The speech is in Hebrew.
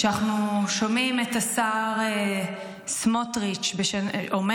כשאנחנו שומעים את השר סמוטריץ' אומר